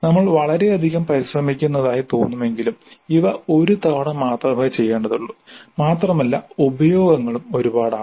നമ്മൾ വളരെയധികം പരിശ്രമിക്കുന്നതായി തോന്നുമെങ്കിലും ഇവ ഒരു തവണ മാത്രമേ ചെയ്യേണ്ടതുള്ളൂ മാത്രമല്ല ഉപയോഗങ്ങളും ഒരുപാടാണ്